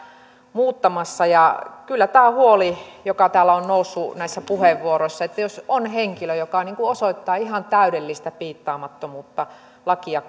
muuttamassa kyllä on olemassa tämä huoli joka täällä on noussut näissä puheenvuoroissa jos on henkilö joka osoittaa ihan täydellistä piittaamattomuutta lakia